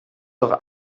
doch